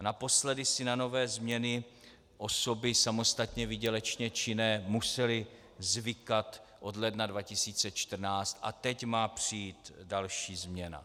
Naposledy si na nové změny osoby samostatně výdělečně činné musely zvykat od ledna 2014 a teď má přijít další změna.